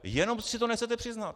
Jenom si to nechcete přiznat.